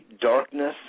darkness